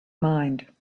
mind